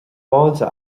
fáilte